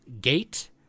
Gate